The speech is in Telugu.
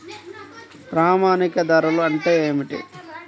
ప్రామాణిక ధరలు అంటే ఏమిటీ?